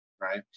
Right